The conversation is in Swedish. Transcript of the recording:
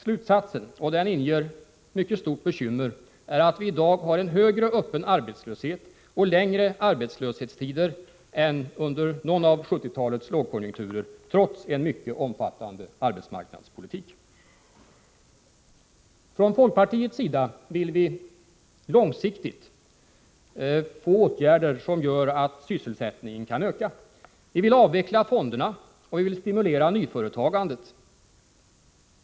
Slutsatsen — och den inger mycket stora bekymmer — är att vi i dag har en högre öppen arbetslöshet och längre arbetslöshetstider än under någon av 1970-talets lågkonjunkturer, trots en mycket omfattande arbetsmarknadspolitik. Från folkpartiets sida vill vi långsiktigt få åtgärder som gör att sysselsättningen kan öka. Vi vill avveckla fonderna och stimulera nyföretagandet.